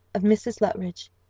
of mrs. luttridge,